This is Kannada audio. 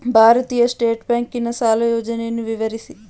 ಭಾರತೀಯ ಸ್ಟೇಟ್ ಬ್ಯಾಂಕಿನ ಸಾಲ ಯೋಜನೆಯನ್ನು ವಿವರಿಸಿ?